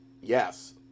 yes